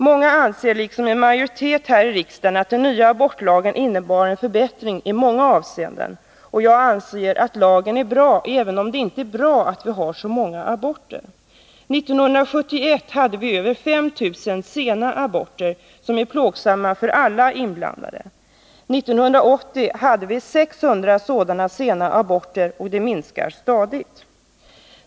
Många anser liksom en majoritet här i riksdagen att den nya abortlagen innebar en förbättring i många avseenden. Och jag anser att lagen är bra, även om det inte är bra att vi har så många aborter. År 1971 hade vi över 5 000 sena aborter som är plågsamma för alla inblandade. År 1980 hade vi 600 sådana sena aborter, och antalet minskar stadigt.